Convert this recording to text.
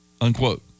unquote